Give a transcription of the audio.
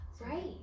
right